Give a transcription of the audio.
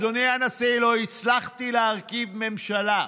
אדוני הנשיא, לא הצלחתי להרכיב ממשלה,